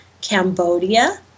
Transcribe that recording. Cambodia